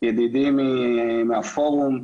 ידידי מהפורום.